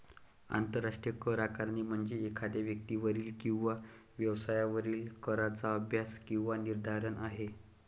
आंतरराष्ट्रीय करआकारणी म्हणजे एखाद्या व्यक्तीवरील किंवा व्यवसायावरील कराचा अभ्यास किंवा निर्धारण आहे